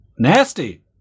Nasty